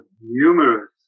numerous